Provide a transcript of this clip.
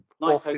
Nice